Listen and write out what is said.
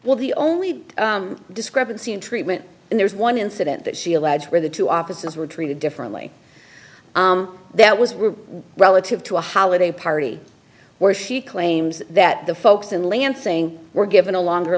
well the only discrepancy in treatment and there is one incident that she alleges where the two officers were treated differently that was were relative to a holiday party where she claims that the folks in lansing were given a longer